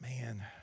man